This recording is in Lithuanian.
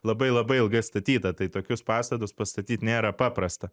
labai labai ilgai statyta tai tokius pastatus pastatyt nėra paprasta